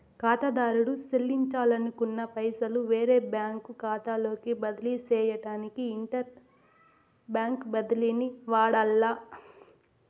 కాతాదారుడు సెల్లించాలనుకున్న పైసలు వేరే బ్యాంకు కాతాలోకి బదిలీ సేయడానికి ఇంటర్ బ్యాంకు బదిలీని వాడాల్ల